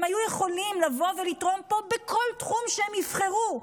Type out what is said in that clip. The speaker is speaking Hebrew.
הם היו יכולים לבוא ולתרום פה בכל תחום שהם יבחרו,